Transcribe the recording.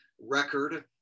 record